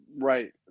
right